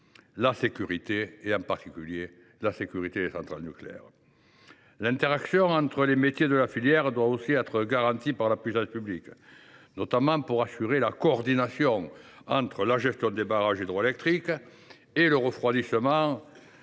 la sûreté des centrales nucléaires, qu’il ne faut pas oublier. L’interaction entre les métiers de la filière doit aussi être garantie par la puissance publique, notamment pour assurer la coordination entre la gestion des barrages hydroélectriques et le refroidissement